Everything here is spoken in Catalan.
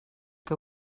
que